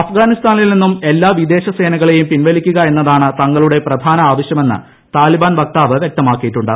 അഫ്ഗാനിസ്ഥാനിൽ നിന്നും എല്ലാ വിദേശ സേനകളെയും പിൻവലിക്കുക എന്നതാണ് തങ്ങളുടെ പ്രധാന ആവശ്യമെന്ന് താലിബാൻ വക്താവ് വൃക്തമാക്കിയിട്ടുണ്ട്